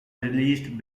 released